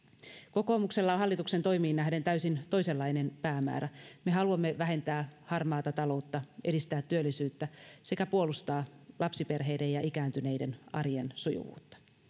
kokoomuksella on hallituksen toimiin nähden täysin toisenlainen päämäärä me haluamme vähentää harmaata taloutta edistää työllisyyttä sekä puolustaa lapsiperheiden ja ikääntyneiden arjen sujuvuutta